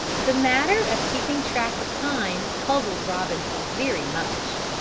the matter of keeping track of time puzzled robinson very much.